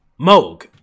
Moog